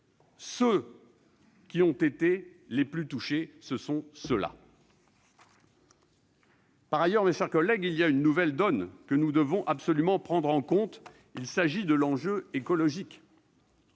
eux qui ont été les plus touchés ! Par ailleurs, mes chers collègues, il y a une nouvelle donne que nous devons absolument prendre en compte : je veux parler de l'enjeu écologique